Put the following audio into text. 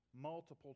multiple